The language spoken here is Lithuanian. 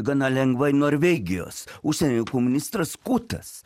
gana lengvai norvegijos užsienio reikalų ministras kutas